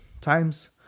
times